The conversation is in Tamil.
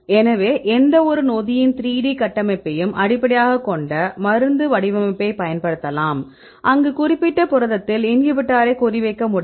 எனவே எந்தவொரு நொதியின் 3D கட்டமைப்பையும் அடிப்படையாகக் கொண்ட மருந்து வடிவமைப்பைப் பயன்படுத்தலாம் அங்கு குறிப்பிட்ட புரதத்தில் இன்ஹிபிட்டாரை குறிவைக்க முடியும்